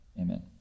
amen